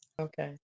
Okay